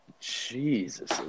Jesus